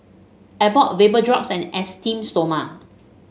Abbott Vapodrops and Esteem Stoma